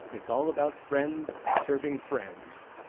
it's all about friends serving friends,